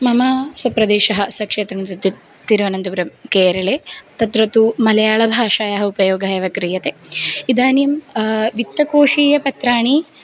मम सप्रदेशः सक्षेत्रं इत्यते तिरुवनन्तपुरं केरळे तत्र तु मलयाळभाषायाः उपयोगः एव क्रियते इदानीं वित्तकोषीय पत्राणि